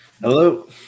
Hello